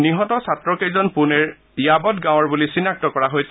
নিহত ছাত্ৰকেইজন পুনেৰ য়াবট গাঁৱৰ বুলি চিনাক্ত কৰা হৈছে